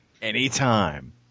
Anytime